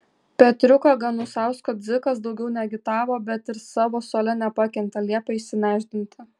petriuko ganusausko dzikas daugiau neagitavo bet ir savo suole nepakentė liepė išsinešdinti